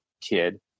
kid